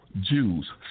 Jews